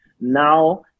Now